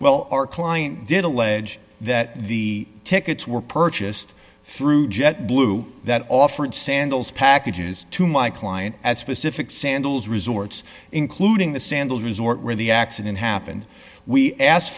well our client did allege that the tickets were purchased through jet blue that offered sandals packages to my client at specific sandals resorts including the sandals resort where the accident happened we asked